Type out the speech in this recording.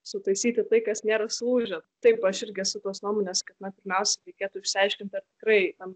sutaisyti tai kas nėra sulūžę taip aš irgi esu tos nuomonės kad na pirmiausia reikėtų išsiaiškint ar tikrai ten